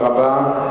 תודה רבה.